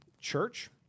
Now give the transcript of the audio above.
Church